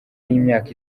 y’imyaka